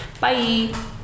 Bye